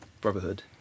Brotherhood